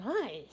Nice